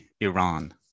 Iran